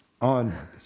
On